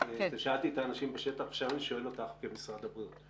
האנשים בשטח ועכשיו אני שואל אותך כמשרד הבריאות.